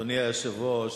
אדוני היושב-ראש,